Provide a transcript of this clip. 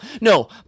No